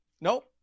Nope